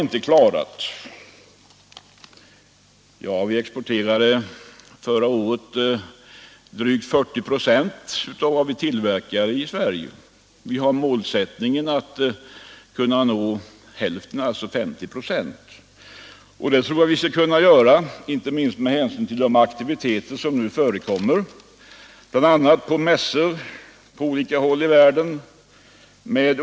Men vi exporterade förra året drygt 40 25 av vad vi tillverkade i Sverige. Vi har målsättningen att kunna nå hälften, alltså 50 26. Det tror jag vi kan nå, inte minst med hänsyn till de aktiviteter som nu förekommer, bl.a. på mässor runt om i världen.